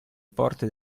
porte